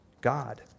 God